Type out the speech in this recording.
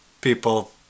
people